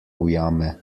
ujame